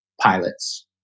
pilots